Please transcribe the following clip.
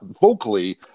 vocally